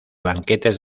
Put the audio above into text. banquetes